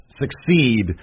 succeed